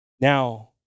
now